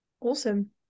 Awesome